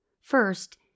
First